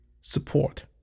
support